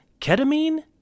Ketamine